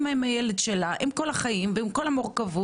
עם הילד שלה עם כל החיים ועם כל המורכבות,